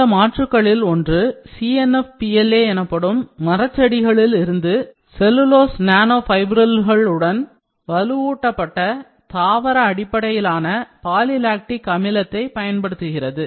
இந்த மாற்றுகளில் ஒன்று CNF PLA எனப்படும் மரச்செடிகளில் இருந்து செல்லுலோஸ் நானோபிப்ரில்களுடன் வலுவூட்டப்பட்ட தாவர அடிப்படையிலான பாலி லாக்டிக் அமிலத்தைப் பயன்படுத்துகிறது